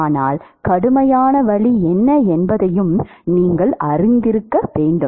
ஆனால் கடுமையான வழி என்ன என்பதையும் நீங்கள் அறிந்திருக்க வேண்டும்